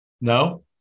No